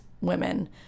women